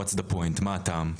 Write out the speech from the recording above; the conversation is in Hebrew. מה הטעם?